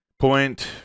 Point